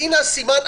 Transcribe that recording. והינה הסימן,